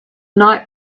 night